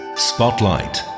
Spotlight